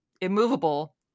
immovable